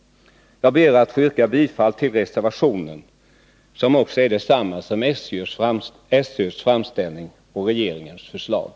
Jag ber att få yrka bifall till reservationen, som innebär detsamma som SÖ:s framställning och regeringens förslag.